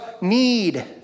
need